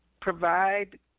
provide